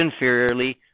inferiorly